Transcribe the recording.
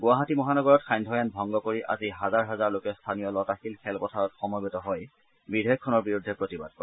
গুৱাহাটী মহানগৰত সান্ধ্য আইন ভংগ কৰি আজি হাজাৰ হাজাৰ লোকে স্থানীয় লতাশিল খেলপথাৰত সমেবত হৈ বিধেয়কখনৰ বিৰুদ্ধে প্ৰতিবাদ কৰে